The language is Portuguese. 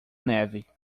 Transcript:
neve